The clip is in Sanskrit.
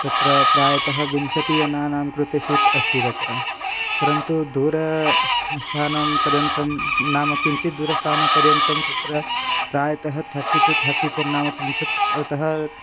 तत्र प्रायतः विंशतिजनानां कृते सीट् अस्ति तत्र परन्तु दूर स्थानं पर्यन्तं नाम किञ्चित् दूरस्थानपर्यन्तं तत्र प्रायतः थर्टि तु थर्टिफोर् नाम त्रिंशत् तः